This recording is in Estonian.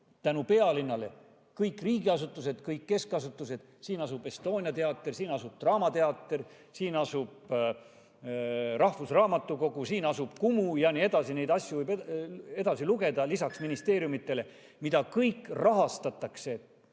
tänu pealinnale kõik riigiasutused, kõik keskasutused, siin asub Estonia teater, siin asub draamateater, siin asub rahvusraamatukogu, siin asub Kumu ja nii edasi. Neid asju võib edasi lugeda lisaks ministeeriumidele, mida kõike rahastatakse